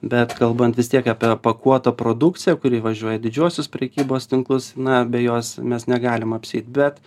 bet kalbant vis tiek apie pakuoto produkciją kuri važiuoja į didžiuosius prekybos tinklus na be jos mes negalim apsieit bet